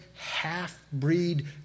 half-breed